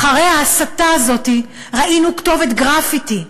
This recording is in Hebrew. אחרי ההסתה הזאת, ראינו כתובת גרפיטי.